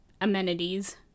amenities